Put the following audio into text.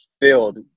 filled